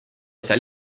esta